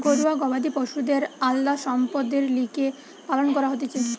ঘরুয়া গবাদি পশুদের আলদা সম্পদের লিগে পালন করা হতিছে